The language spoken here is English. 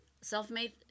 self-made